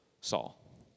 Saul